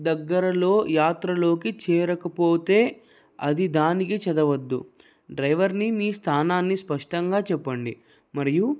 దగ్గరలో యాత్రలోకి చేరకపోతే అది దానికి చదవద్దు డ్రైవర్కి మీ స్థానాన్ని స్పష్టంగా చెప్పండి మరియు